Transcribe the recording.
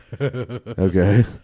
Okay